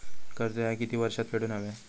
कर्ज ह्या किती वर्षात फेडून हव्या?